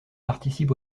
participent